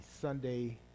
sunday